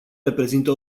reprezintă